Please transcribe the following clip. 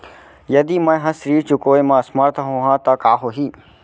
यदि मैं ह ऋण चुकोय म असमर्थ होहा त का होही?